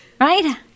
Right